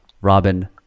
Robin